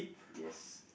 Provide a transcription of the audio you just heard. yes